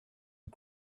and